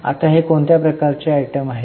आता हे कोणत्या प्रकारचे आयटम आहे